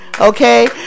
okay